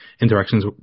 interactions